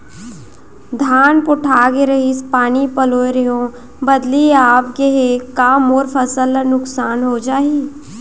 धान पोठागे रहीस, पानी पलोय रहेंव, बदली आप गे हे, का मोर फसल ल नुकसान हो जाही?